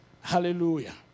Hallelujah